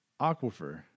Aquifer